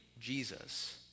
Jesus